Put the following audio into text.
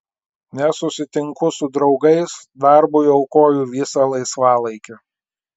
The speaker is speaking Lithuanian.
nesusitinku su draugais darbui aukoju visą laisvalaikį